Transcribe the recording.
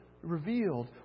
revealed